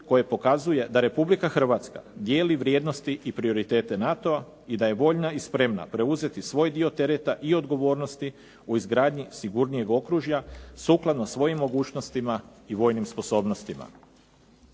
koje pokazuje da Republika Hrvatska dijeli vrijednosti i prioritete NATO-a i da je voljna i spremna preuzeti svoj dio tereta i odgovornosti u izgradnji sigurnijeg okružja sukladno svojim mogućnostima i vojnim sposobnostima.